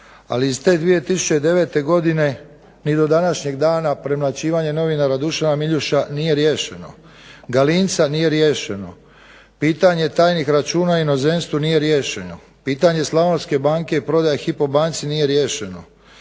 ali iz te 2009. godine ni do današnjeg dana premlaćivanje novinara Dušana Miljuša nije riješeno, Galinca nije riješeno. Pitanje tajnih računa u inozemstvu nije riješeno, pitanje Slavonske banke i prodaje Hypo banci nije riješeno.